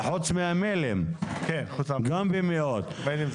חוץ מהמיילים שגם הם היו מאות.